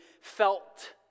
felt